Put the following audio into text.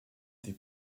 des